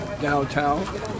downtown